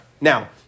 Now